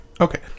Okay